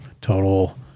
Total